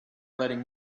letting